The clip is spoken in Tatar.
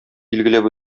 билгеләп